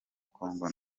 congo